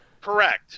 Correct